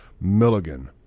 Milligan